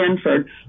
Stanford